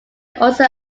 also